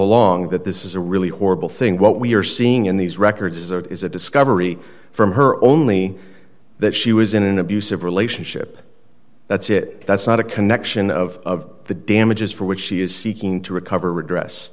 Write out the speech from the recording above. along that this is a really horrible thing what we're seeing in these records is there is a discovery from her only that she was in an abusive relationship that's it that's not a connection of the damages for which she is seeking to recover redress